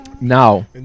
Now